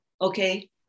okay